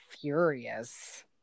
furious